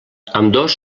ambdós